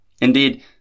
Indeed